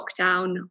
lockdown